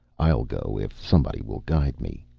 i'll go if somebody will guide me.